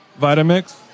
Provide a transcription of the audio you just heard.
Vitamix